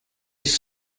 his